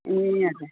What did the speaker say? ए हजुर